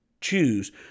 choose